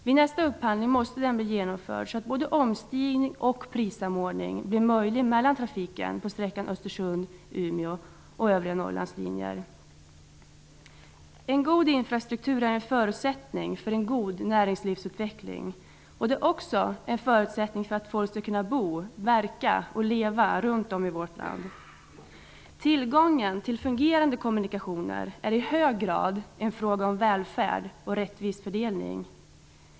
Vid nästa upphandling måste både omstigning och prissamordning bli möjlig mellan trafiken på sträckan Östersund--Umeå och övriga Norrlandslinjer. En god infrastruktur är en förutsättning för en god näringslivsutveckling. Det är också en förutsättning för att folk skall kunna bo, verka och leva runt om i vårt land. Tillgången till fungerande kommunikationer är i hög grad en fråga om välfärd och rättvis fördelning.